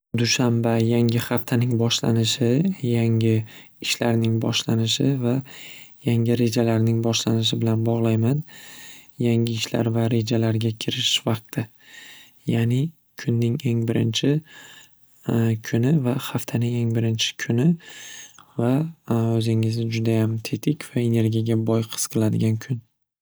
Dushanba yangi xaftaning boshlanishi yangi ishlarning boshlanishi va yangi rejalarning boshlanishi bilan bog'layman yangi ishlar va rejalarga kirishish vaqti ya'ni kunning eng birinchi kuni va xaftaning eng birinchi kuni va o'zingizni judayam tetik va energiyaga boy his qiladigan kun.